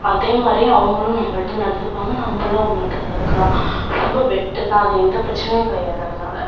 அதே மாதிரி அவங்களும் நம்மள்ட்ட நடந்துப்பாங்க நம்மளும் அவுங்கள்ட்ட நடந்துக்கலாம் ரொம்ப பெட்ரு தான் அது எந்த பிரச்சினையும் கிடையாது அதனால